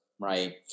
right